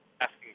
asking